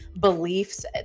beliefs